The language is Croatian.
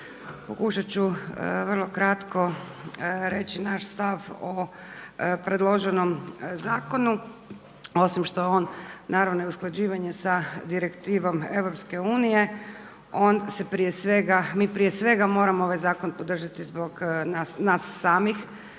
Pokušat ću vrlo kratko reći naš stav o predloženom zakonu. Osim što je on naravno usklađivanje sa direktivom EU on se prije svega, mi prije svega moramo ovaj zakon podržati zbog nas samih